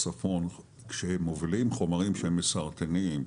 כשהם מובילים חומרים שהם מסרטנים,